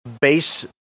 base